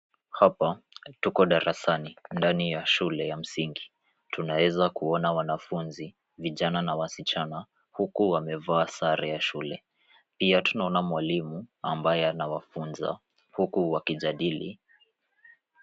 Hapa tuko darasani ndani ya shule ya msingi, tunaweza kuona wanafunzi: vijana na wasichana, huku wamevaa sare ya shule. Pia tunaona mwalimu ambaye anawafunza huku wakijadili.